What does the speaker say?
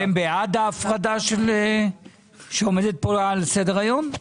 אתם בעד ההפרדה שעומדת כאן על סדר היום?